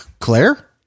claire